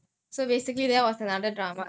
ya cann